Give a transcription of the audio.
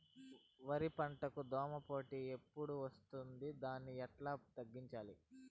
వరి పంటకు దోమపోటు ఎప్పుడు వస్తుంది దాన్ని ఎట్లా తగ్గించాలి?